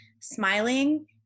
smiling